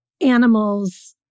animals